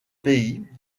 pays